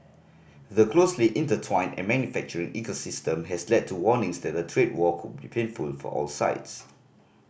the closely intertwined and manufacturing ecosystem has led to warnings that a trade war could be painful for all sides